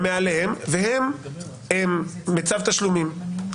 והם בצו תשלומים.